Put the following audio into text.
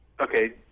Okay